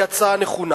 היא הצעה נכונה.